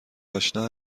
آشنا